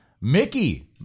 Mickey